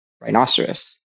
Rhinoceros